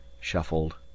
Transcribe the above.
shuffled